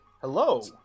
Hello